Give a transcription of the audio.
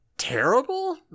terrible